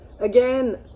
again